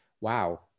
wow